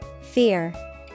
Fear